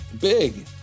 big